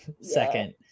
Second